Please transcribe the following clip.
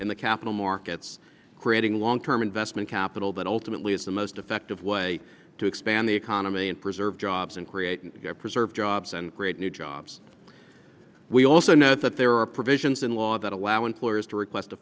in the capital markets creating long term investment capital that ultimately is the most effective way to expand the economy and preserve jobs and create and preserve jobs and create new jobs we also know that there are provisions in law that allow employers to request